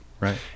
right